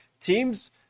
teams